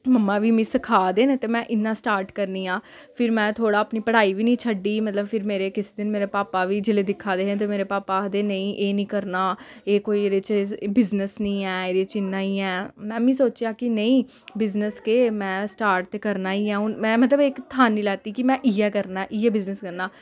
मम्मा बी मिगी सखा दे न ते में इ'यां स्टार्ट करनी आं फिर में थोह्ड़ा अपनी पढ़ाई बी निं छड्डी मतलब फिर मेरे किस दिन मेरे पापा बी जेल्लै दिक्खा दे हे ते मेरे पापा आखदे नेईं एह् निं करना एह् कोई एह्दे च एह् बिजनेस निं ऐ एह्दे च इ'यां निं ऐ में मीं सोचेआ कि नेईं बिजनेस केह् में स्टार्ट ते करना ई ऐ हून में मतलब इक थानी लैती कि में इ'यै करना इ'यै बिजनेस करना